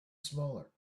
smaller